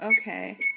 Okay